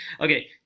okay